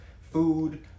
food